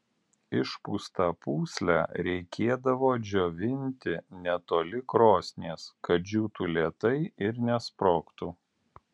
išpūstą pūslę reikėdavo džiovinti netoli krosnies kad džiūtų lėtai ir nesprogtų